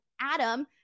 Adam